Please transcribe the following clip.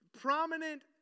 prominent